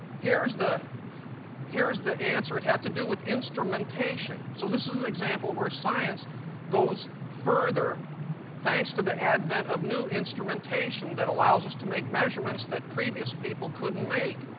here's the here's the answer. it has to do with instrumentation. so this is an example where science goes further thanks for the advent of new instrumentation that allows this to make measurements that previous people couldn't make,